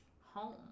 home